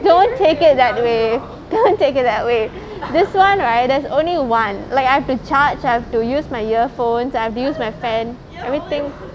don't take it that way don't take it that way this [one] right there's only [one] like I have to charge I have to use my earphones I have to use my fan everything